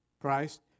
Christ